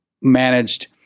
managed